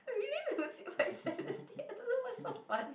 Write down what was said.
oh really I'm losing my sanity I don't know what's so funny